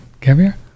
Caviar